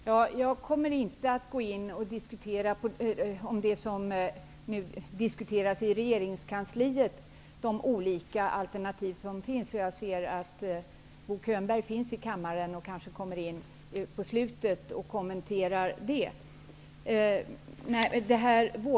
Herr talman! Jag kommer inte att gå in på de olika alternativ som diskuteras i regeringskansliet. Bo Könberg är här i kammaren, och han kanske kan kommentera dem.